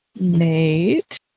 Nate